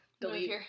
delete